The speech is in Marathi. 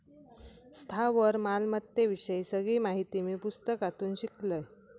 स्थावर मालमत्ते विषयी सगळी माहिती मी पुस्तकातून शिकलंय